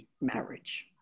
marriage